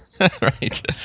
Right